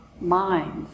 minds